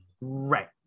Right